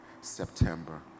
September